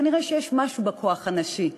וכנראה שיש משהו בכוח הנשי,